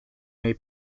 may